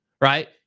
right